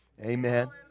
Amen